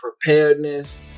preparedness